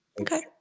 Okay